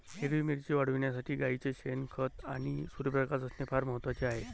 हिरवी मिरची वाढविण्यासाठी गाईचे शेण, खत आणि सूर्यप्रकाश असणे फार महत्वाचे आहे